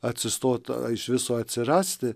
atsistoti o iš viso atsirasti